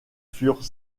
furent